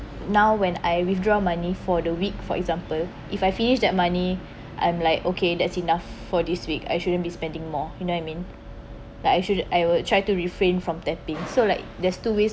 now when I withdraw money for the week for example if I finish that money I'm like okay that's enough for this week I shouldn't be spending more you know I mean like I shouldn't I will try to refrain from tapping so like there's two ways